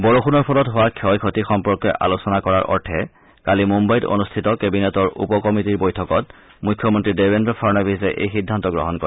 বৰষুণৰ ফলত হোৱা ক্ষয় ক্ষতি সম্পৰ্কে আলোচনা কৰাৰ অৰ্থে কালি মুন্নাইত অনুষ্ঠিত কেবিনেটৰ উপ কমিটীৰ বৈঠকত মুখ্যমন্নী দেৱেদ্ৰ ফাড়নবীছে এই সিদ্ধান্ত গ্ৰহণ কৰে